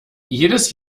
jedes